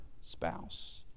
spouse